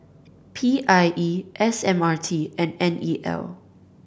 P I E S M R T and N E L